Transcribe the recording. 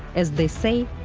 as they say,